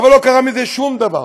אבל לא קרה מזה שום דבר.